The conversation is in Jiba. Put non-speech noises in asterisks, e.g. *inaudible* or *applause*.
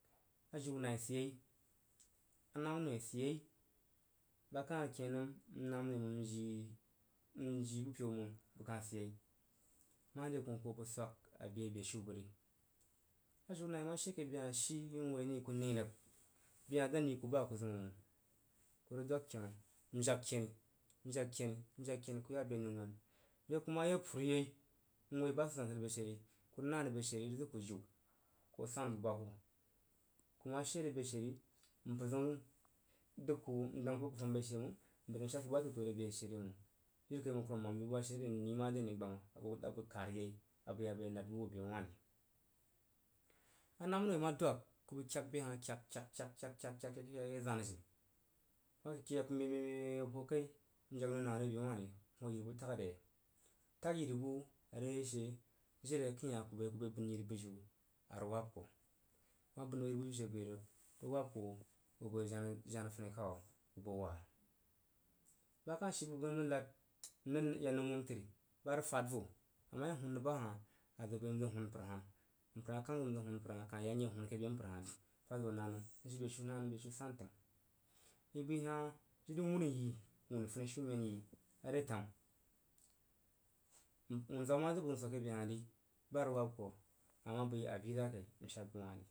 Ajiu nai sid yei anam noi sid yei ba kah ken nəm n nam noi məng n ji bu peu məng bə kah sid yei mare akoh ku hu bəg swag abe beshiu bəg ri a jiu nai ma she ke behah shi n woi nəi ku nəi rig be hah dan yi ku ba a ku zima məng ku rig dog kenu a jag ker: n jag keni n jag keni ko ri ya be a non-non be a ku ma ye pud ye m woi ba sansan re be she ri ku rig nah re be she ri rig zig ku jiu ku sanu bu ba whub ku ma she re be sheri mpər zəun dəg ku n dang ku a ku fam beshe məng mpər zəun shad ku ba təu təu re be sheri məng jiri kai məng kurumam, man bu basheri n yi mare are gbana abəghara yei a bəg ye nad bu abo be wah ri. A nam noi ma dulag ku bəi kyak be bah kyak kyak kyak kyak n ye zanajini kuma kyak kyaku meb meb hoo kai n jag noi namai re be wah r n hoo yiri bu tagre yai ku tag yiri bu are beseri jiri akəin hah aku bəi bən yir bujiu arig wab ko ku ma bən hoo yiri bujiu bəi rig rig wab ku bəg ʒəg jena jena funi kau’a ba kah shi nəm n rig nad *unintelligible* n rig yak numəm təri barig fad vo bəg ma ye whun zig ba hah a zig bəi n zig whun mpər hah mpər ha kah zig in zəg whun mpər hah, a kah yak n ye whun ke be mpər hah ri ba ke na nəm. I yi shi be shiu na nəm beshiu san təng i bəi hah i jiri mər yi daun funishiumen yi a retam wun za’a wu ma zig bu n zig be le behah ri ba rig wah ku’a a bəi mbəi vii za kai n shad bəg wah ri.